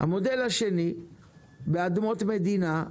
המודל השני באדמות מדינה,